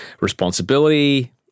responsibility